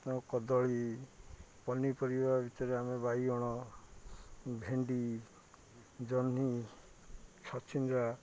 ଆ କଦଳୀ ପନିପରିବା ଭିତରେ ଆମେ ବାଇଗଣ ଭେଣ୍ଡି ଜହ୍ନି ଛଚିନ୍ଦ୍ରା